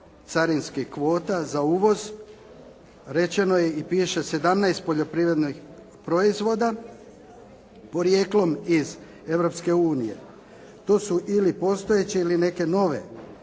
carinskih kvota za uvoz rečeno je i piše 17 poljoprivrednih proizvoda porijeklom iz Europske unije. To su ili postojeće ili neke nove kvote,